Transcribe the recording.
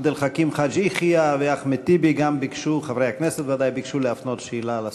חברי הכנסת עבד אל חכים חאג' יחיא ואחמד טיבי גם ביקשו להפנות שאלה לשר.